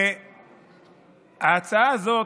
ההצעה הזאת,